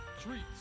treats